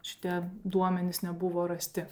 šitie duomenys nebuvo rasti